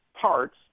parts